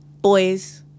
boys